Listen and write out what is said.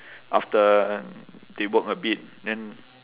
after they work a bit then